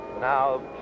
now